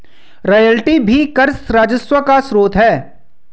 royalty भी कर राजस्व का स्रोत है